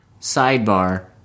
Sidebar